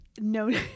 no